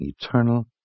eternal